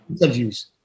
interviews